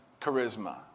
charisma